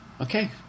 Okay